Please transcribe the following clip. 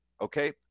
Okay